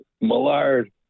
Millard